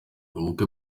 ubukwe